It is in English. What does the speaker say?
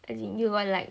as in you got like